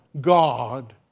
God